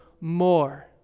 more